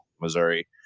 Missouri